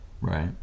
Right